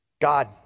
God